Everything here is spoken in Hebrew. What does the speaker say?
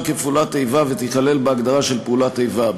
כפעולת איבה ותיכלל בהגדרה של פעולת איבה.